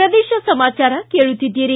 ಪ್ರದೇಶ ಸಮಾಚಾರ ಕೇಳುತ್ತೀದ್ದಿರಿ